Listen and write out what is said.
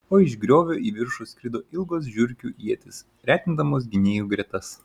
o iš griovio į viršų skrido ilgos žiurkių ietys retindamos gynėjų gretas